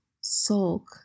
sulk